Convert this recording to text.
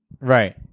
Right